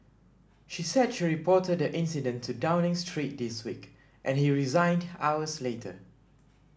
she said she reported the incident to Downing Street this week and he resigned hours later